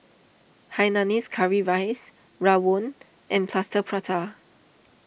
Hainanese Curry Rice Rawon and Plaster Prata